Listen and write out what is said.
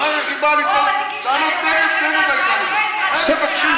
אחר כך היא באה לטעון טענות נגד, זה המצב.